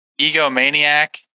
egomaniac